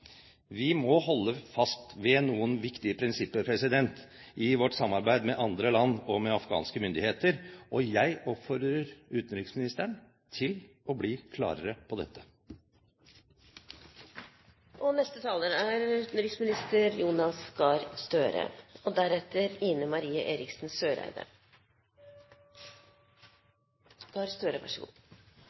Vi må holde fast ved noen viktige prinsipper i vårt samarbeid med andre land og med afghanske myndigheter. Jeg oppfordrer utenriksministeren til å bli klarere på